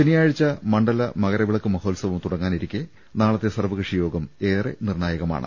ശനിയാഴ്ച മണ്ഡല മകരവിളക്ക് മഹോത്സവം തുടങ്ങാനിരിക്കെ നാളത്തെ സർവകക്ഷി യോഗം ഏറെ നിർണായകമാണ്